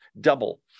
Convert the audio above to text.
double